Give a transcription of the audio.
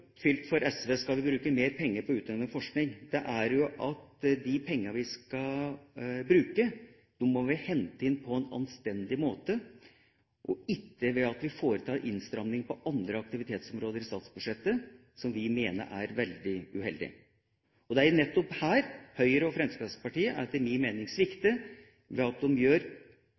for SV må være oppfylt dersom vi skal bruke mer penger på utdanning og forskning, er at vi må hente inn de pengene vi skal bruke, på en anstendig måte, og ikke ved at vi foretar innstramninger på andre aktivitetsområder i statsbudsjettet, som vi mener er veldig uheldig. Det er nettopp her Høyre og Fremskrittspartiet etter min mening svikter ved at de gjør